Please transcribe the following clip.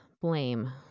blame